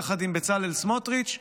יחד עם בצלאל סמוטריץ',